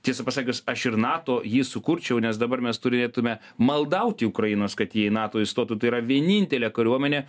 tiesą pasakius aš ir nato jį sukurčiau nes dabar mes turėtume maldauti ukrainos kad ji į nato įstotų tai yra vienintelė kariuomenė